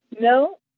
No